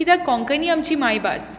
कित्याक कोंकणी आमची मायभास